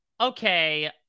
okay